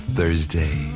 Thursday